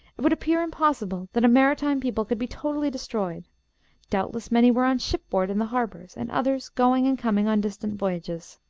it would appear impossible that a maritime people could be totally destroyed doubtless many were on shipboard in the harbors, and others going and coming on distant voyages.